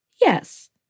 Yes